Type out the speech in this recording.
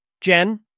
Jen